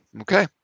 Okay